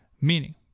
Meaning